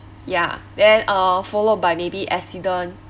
ya then uh followed by maybe accident